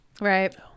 Right